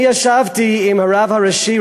אני ישבתי עם הרב הראשי,